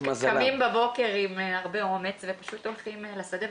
קמים בבוקר עם הרבה אומץ ופשוט הולכים לשדה.